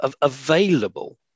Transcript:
available